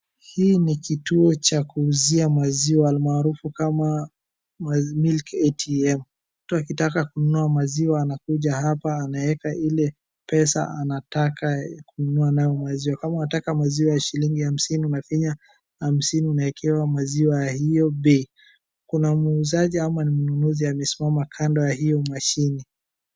Hii ni kituo cha kuuzia maziwa almarufu kama milk ATM. Mtu akitaka kununua maziwa anakuja hapa, anaweka ile pesa anataka kununua nayo maziwa, kama unataka maziwa ya shilingi hamsini, unafinya hamsini unaekewa maziwa ya hiyo bei. Kuna muuzaji ama ni mnunuzi amesimama kando ya hiyo mashine.